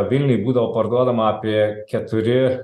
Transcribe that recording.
vilniuj būdavo parduodama apie keturi